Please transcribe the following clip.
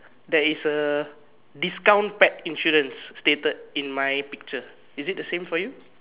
there is a discount pack insurance stated in my picture is it the same for you